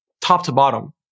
top-to-bottom